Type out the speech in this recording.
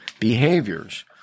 behaviors